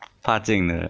的